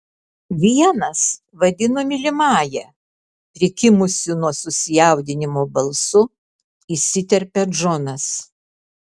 vienas vadino mylimąja prikimusiu nuo susijaudinimo balsu įsiterpia džonas